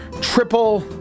triple